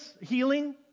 healing